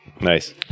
Nice